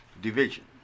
division